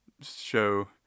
show